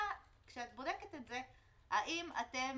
כשאת בודקת את זה, השאלה השנייה האם אתם